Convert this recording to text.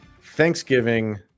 Thanksgiving